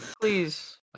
Please